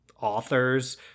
authors